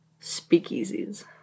speakeasies